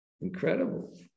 incredible